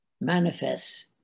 manifests